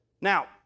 Now